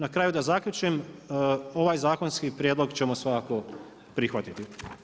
Na kraju da zaključim, ovaj zakonski prijedlog ćemo svakako prihvatiti.